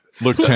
Look